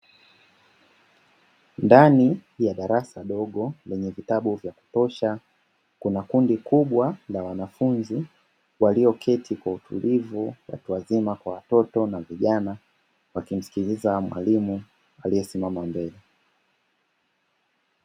Ndani ya darasa dogo lenye vitabu vya kutosha, kuna kundi kubwa la wanafunzi walioketi kwa utulivu watu wazima kwa watoto na vijana wakimsikiliza mwalimu aliyesimama mbele.